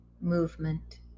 movement